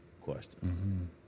question